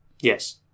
Yes